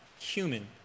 human